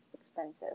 expensive